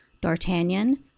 D'Artagnan